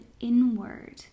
inward